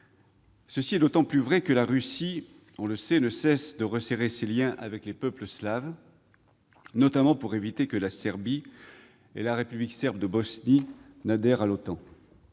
C'est d'autant plus vrai que la Russie ne cesse de resserrer ses liens avec les peuples slaves, notamment pour éviter que la Serbie et la République serbe de Bosnie n'adhèrent à l'OTAN.